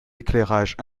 éclairage